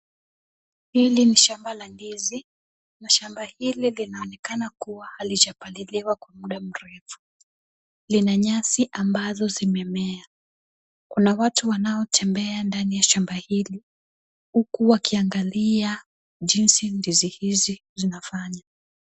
Hili ni shamba la ndizi na shamba hili linaonekana kuwa halijapaliliwa kwa muda mrefu. Lina nyasi ambazo zimemea. Kuna watu wanaotembea ndani ya shamba hili huku wakiangalia jinsi ndizi hizi zinafanya.